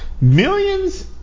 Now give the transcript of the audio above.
Millions